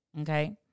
okay